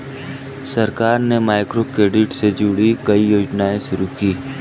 सरकार ने माइक्रोक्रेडिट से जुड़ी कई योजनाएं शुरू की